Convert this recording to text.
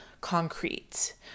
concrete